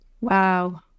Wow